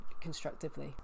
constructively